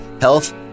Health